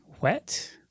wet